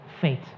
faith